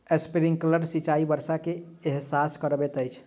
sprinkler सिचाई वर्षा के एहसास करबैत अछि